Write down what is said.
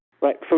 Right